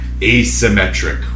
asymmetric